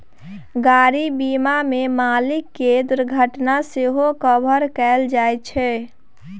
गाड़ी बीमा मे मालिक केर दुर्घटना सेहो कभर कएल जाइ छै